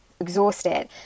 exhausted